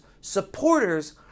supporters